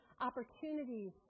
opportunities